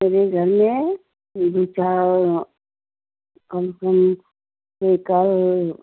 मेरे घर में दो दो चार कम से कम एक और है